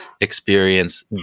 experience